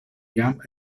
jam